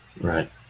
Right